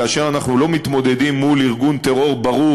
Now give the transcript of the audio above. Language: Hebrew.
כאשר אנחנו לא מתמודדים מול ארגון טרור ברור